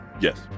Yes